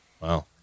Wow